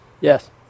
Yes